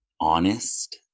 honest